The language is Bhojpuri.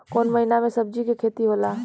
कोउन महीना में सब्जि के खेती होला?